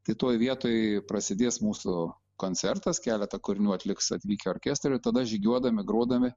tai toj vietoj prasidės mūsų koncertas keletą kūrinių atliks atvykę orkestrai o tada žygiuodami grodami